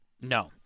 No